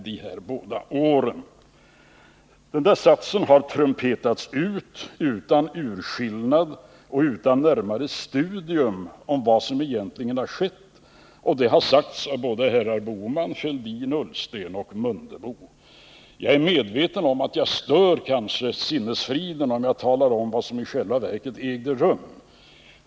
Den satsen har trumpetats ut utan urskillnad och utan närmare studium av vad som egentligen har skett. Den har framförts av såväl herr Bohman som herrar Fälldin, Ullsten och Mundebo. Jag är medveten om att jag kanske stör sinnesfriden, om jag talar om vad som i själva verket ägde rum.